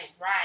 right